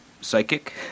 psychic